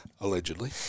Allegedly